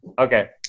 Okay